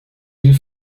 îles